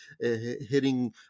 hitting